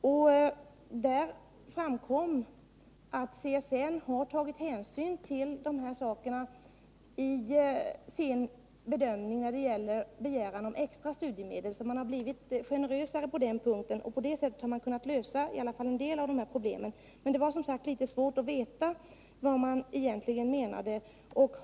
I det framkommer att CSN har tagit hänsyn till dessa faktorer i sin bedömning vid begäran om extra studiemedel. CSN har blivit generösare på den punkten, och därmed har man löst åtminstone en del av problemen. Men det var, som sagt, litet svårt att veta vad folkpartiet syftade på.